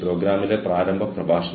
കൂടാതെ പകരം വയ്ക്കാത്തത്